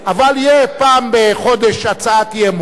אבל תהיה פעם בחודש הצעת אי-אמון,